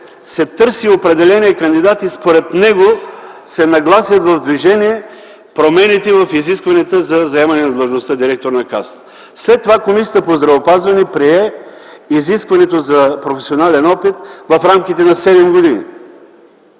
се търси определен кандидат и според него в движение се нагласят промените в изискванията за заемане длъжността директор на касата. След това Комисията по здравеопазване прие изискването за професионален опит в рамките на 7 години.